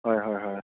হয় হয় হয়